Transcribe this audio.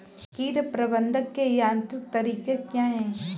कीट प्रबंधक के यांत्रिक तरीके क्या हैं?